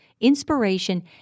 inspiration